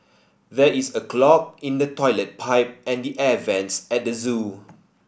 there is a clog in the toilet pipe and the air vents at the zoo